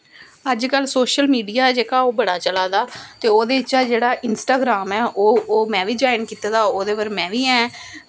अज्जकल social media ओह् जेह्का बड़ा चला दा ते ओह्दे चा जेह्ड़ा इंस्टाग्राम ऐ ओह् ओह् में बी ज्वाईन कीते दा ओह्दे उप्पर में बी ऐं